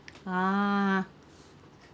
ah